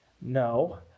No